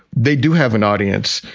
they do have an audience.